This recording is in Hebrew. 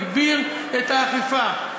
הגביר את האכיפה.